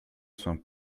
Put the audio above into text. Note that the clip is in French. saint